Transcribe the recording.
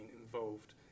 involved